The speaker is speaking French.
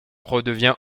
redevient